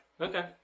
okay